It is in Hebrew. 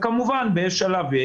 וכמובן באיזשהו שלב,